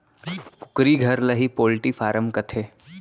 कुकरी घर ल ही पोल्टी फारम कथें